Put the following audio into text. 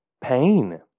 pain